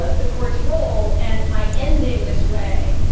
ah the court's role. and by ending this way,